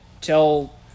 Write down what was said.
tell